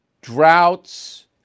droughts